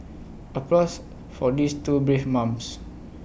applause for these two brave mums